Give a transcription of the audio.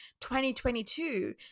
2022